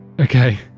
Okay